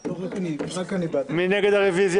אתה רוצה לנמק את הרביזיות?